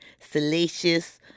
salacious